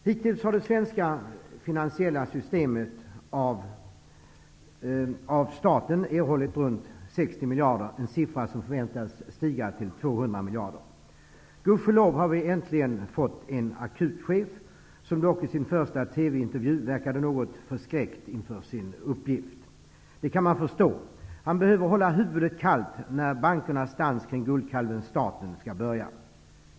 Hittills har det svenska finansiella systemet av staten erhållit runt 60 miljarder -- en siffra som väntas stiga till 200 miljarder. Gudskelov har vi äntligen fått en Akutchef, som dock i sin första TV intervju verkade något förskräckt inför sin uppgift. Det kan man förstå. Han behöver hålla huvudet kallt när bankernas dans kring guldkalven staten skall börja.